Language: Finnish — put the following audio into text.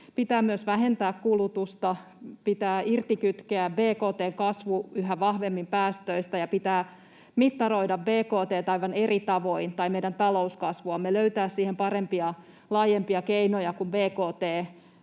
Pitää myös vähentää kulutusta, pitää irtikytkeä bkt:n kasvu yhä vahvemmin päästöistä, ja pitää mittaroida aivan eri tavoin meidän talouskasvuamme, löytää siihen parempia, laajempia keinoja kuin bkt, joka